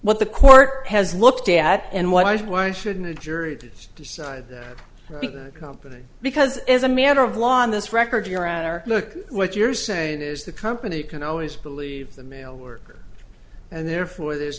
what the court has looked at and what i said why shouldn't a jury decide the company because as a matter of law on this record you're out there look what you're saying is the company can always believe the mail worker and therefore there's